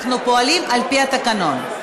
אנחנו פועלים על-פי התקנון.